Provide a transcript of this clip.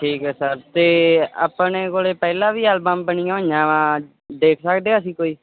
ਠੀਕ ਹੈ ਸਰ ਅਤੇ ਆਪਣੇ ਕੋਲੇ ਪਹਿਲਾਂ ਵੀ ਐਲਬਮ ਬਣੀਆਂ ਹੋਈਆਂ ਵਾ ਦੇਖ ਸਕਦੇ ਹਾਂ ਅਸੀਂ ਕੋਈ